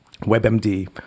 WebMD